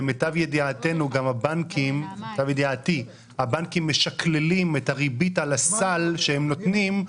למיטב ידיעתי הבנקים משקללים את הריבית על הסל שהם נותנים,